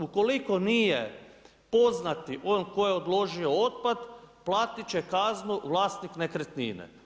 Ukoliko nije poznat tko je odložio otpad platit će kaznu vlasnik nekretnine.